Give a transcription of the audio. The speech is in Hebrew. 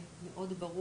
פחות מ-10,00 תושבים.